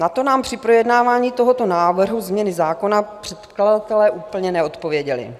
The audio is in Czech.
Na to nám při projednávání tohoto návrhu změny zákona předkladatelé úplně neodpověděli.